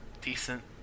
decent